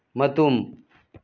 ꯃꯇꯨꯝ